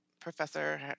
professor